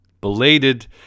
belated